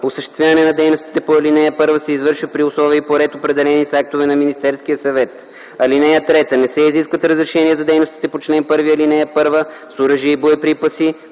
Осъществяването на дейностите по ал. 1 се извършва при условия и по ред, определени с актове на Министерския съвет. (3) Не се изискват разрешения за дейностите по чл. 1, ал. 1, с оръжия и боеприпаси